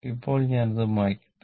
ഇപ്പോൾ ഞാൻ അത് മായ്ക്കട്ടെ